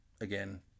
again